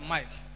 Mike